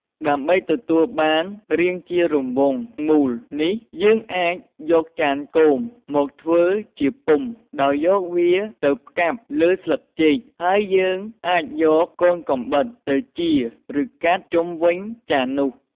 ដើម្បីទទួលបានរាងជារង្វង់មូលនេះ យើងអាចយកចានគោម មកធ្វើជាពុម្ព ដោយយកវាទៅផ្កាប់លើស្លឹកចេក ហើយយើងអាចយកកូនកាំបិតទៅជៀរ ឬកាត់ជុំវិញចាននោះ។